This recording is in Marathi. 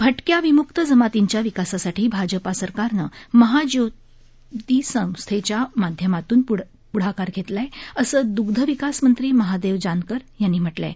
भटक्या विमुक्त जमातींच्या विकासासाठी भाजपा सरकारनं महाज्योजी संस्थेच्या माध्यमातून प्ढाकार घेतला आहे असं द्ग्धविकासमंत्री महादेव जानकर म्हटलं आहे